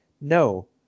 No